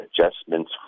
adjustments